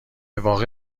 واقع